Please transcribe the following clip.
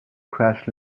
crash